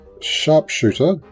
Sharpshooter